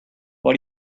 why